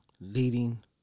leading